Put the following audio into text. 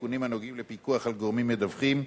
תיקונים הנוגעים לפיקוח על גורמים מדווחים,